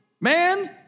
man